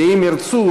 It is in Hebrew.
אם ירצו,